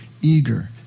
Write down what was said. eager